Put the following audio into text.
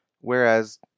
whereas